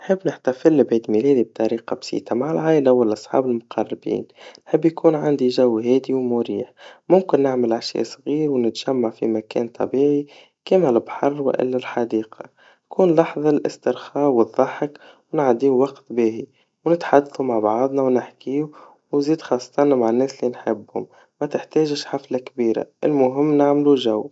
نحب نحتفل بعيد ميلادي بطريقا بسيطا وإلا مع الاصحاب المقربين, نحب يكون عندي جو هادي وومريح, ممكن نعمل عشا صغير, ونتجمع في مكان طبيعي, كيما البحر وإلا الحديقا, كون لحظا الاسترخا والضحك, ونعدي وقتت باهي, ونتحدثوا مع بعضنا ونحكيوا, وزاد خاصةً مع الناس اللي نحبهم, متحتاجش حفلا كبيرا, المهم نعملوا جو.